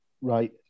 right